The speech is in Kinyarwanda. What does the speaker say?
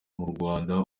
rwanda